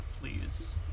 please